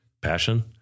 passion